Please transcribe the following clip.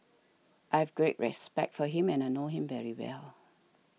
I have great respect for him and I know him very well